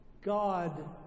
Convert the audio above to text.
God